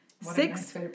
six